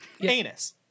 Anus